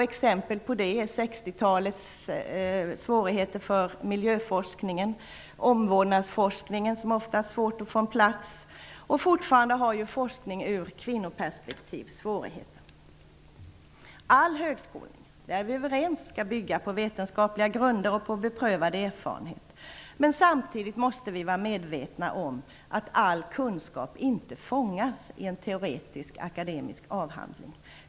Exempel på detta är miljöforskningen under 60 talet och omvårdnadsforskningen, som ofta har svårt att få en plats, och fortfarande har forskning ur kvinnoperspektiv svårigheter. Vi är överens om att alla högskoleutbildningar skall bygga på vetenskapliga grunder och på beprövade erfarenheter. Men samtidigt måste vi vara medvetna om att all kunskap inte fångas i en teoretisk-akademisk avhandling.